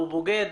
הוא בוגד